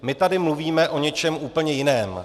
My tady mluvíme o něčem úplně jiném.